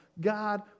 God